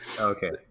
Okay